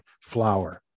flower